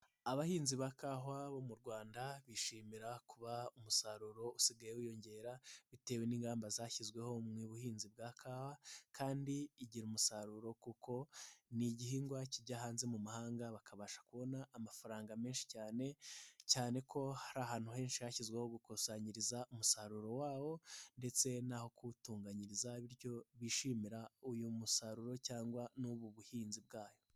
Abahinzi ba kawa bo mu Rwanda bishimira kuba umusaruro usigaye wiyongera bitewe n'ingamba zashyizweho mu buhinzi bwa kawa, kandi igira umusaruro kuko ni igihingwa kijya hanze mu mahanga bakabasha kubona amafaranga menshi cyane, cyane ko hari ahantu henshi hashyizwe ho gukusanyiriza umusaruro wabo ndetse n'aho kuwutunganyiriza bityo bishimira uyu musaruro cyangwa n'ubu buhinzi bwayo.